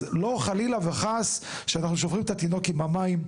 אז חלילה וחס שאנחנו שופכים את התינוק עם המים.